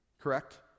Correct